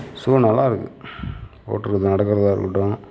shoe நல்லா இருக்குது போட்டு நடக்கிறதா இருக்கட்டும்